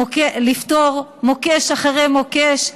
מוקש אחרי מוקש,